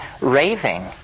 raving